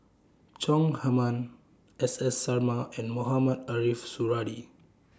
Chong Heman S S Sarma and Mohamed Ariff Suradi